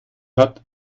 hat